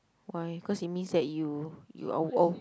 why cause it means that you you are old